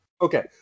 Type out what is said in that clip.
Okay